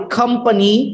company